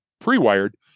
pre-wired